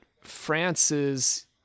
France's